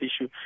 issue